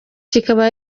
kikaba